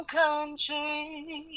country